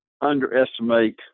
underestimate